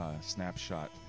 Snapshot